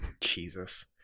jesus